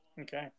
Okay